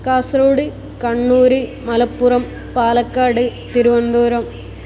Kasaragod Kannur Malappuram Palakkad Thiruvananthapuram